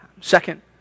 Second